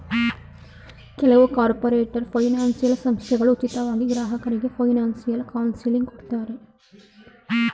ಕೆಲವು corporator financial ಸಂಸ್ಥೆಗಳು ಉಚಿತವಾಗಿ ಗ್ರಾಹಕರಿಗೆ ಫೈನಾನ್ಸಿಯಲ್ ಕೌನ್ಸಿಲಿಂಗ್ ಕೊಡ್ತಾರೆ